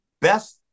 best